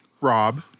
Rob